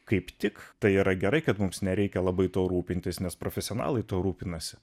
kaip tik tai yra gerai kad mums nereikia labai tuo rūpintis nes profesionalai tuo rūpinasi